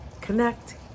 Connect